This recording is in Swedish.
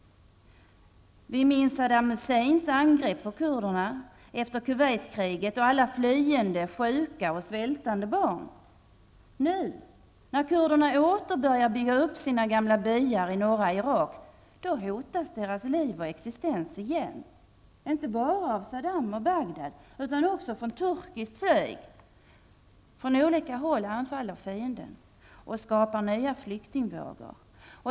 Vi minns Kuwaitkriget och alla flyende, sjuka och svältande barn. Nu när kurderna åter börjar bygga upp sina gamla byar i norra Irak hotas deras liv och existens igen, inte bara från Saddam och Bagdad utan också från turkiskt flyg. Från olika håll anfaller fienden och skapar nya flyktingvågor.